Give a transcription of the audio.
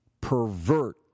pervert